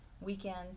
weekends